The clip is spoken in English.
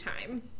time